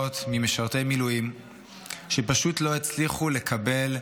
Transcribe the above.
ממשרתי מילואים שפשוט לא הצליחו לקבל,